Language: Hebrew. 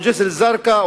ג'סר-א-זרקא,